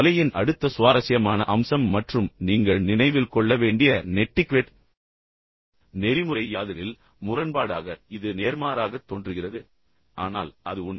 வலையின் அடுத்த சுவாரஸ்யமான அம்சம் மற்றும் நீங்கள் நினைவில் கொள்ள வேண்டிய நெட்டிக்வெட் நெறிமுறை யாதெனில் முரண்பாடாக முரண்பாடாக இது நேர்மாறாகத் தோன்றுகிறது ஆனால் அது உண்மை